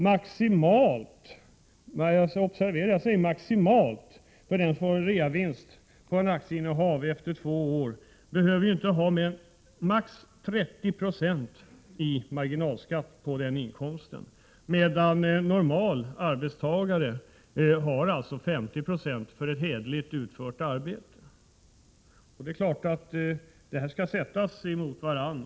Maximalt — observera att jag säger maximalt — behöver den som har reavinster på ett aktieinnehav äldre än två år inte betala mer än 30 96 i marginalskatt på den inkomsten, medan en normal arbetstagare betalar 50 96 för ett hederligt utfört arbete. Det är klart att det här skall sättas mot vartannat.